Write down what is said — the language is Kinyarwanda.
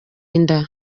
inda